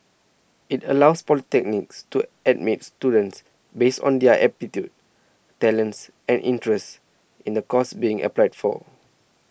it allows polytechnics to admit students based on their aptitude talents and interests in the course being applied for